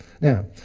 Now